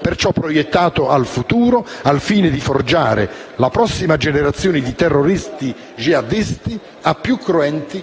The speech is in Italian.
perciò proiettato al futuro, al fine di forgiare la prossima generazione di terroristi jihadisti a più cruenti